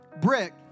brick